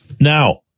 Now